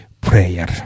Prayer